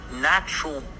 natural